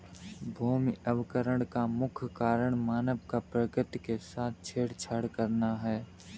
भूमि अवकरण का मुख्य कारण मानव का प्रकृति के साथ छेड़छाड़ करना है